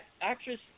actress